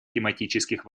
тематических